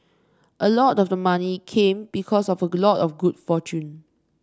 a lot of the money came because of a lot of good fortune